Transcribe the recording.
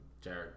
Jared